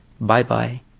Bye-bye